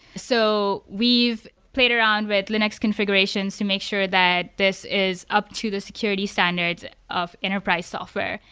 so we've played around with linux configurations to make sure that this is up to the security standards of enterprise software.